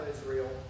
Israel